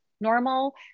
normal